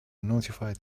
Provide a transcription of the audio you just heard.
notified